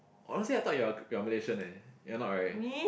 honestly I thought you are you are Malaysian leh you are not [right]